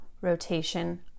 rotation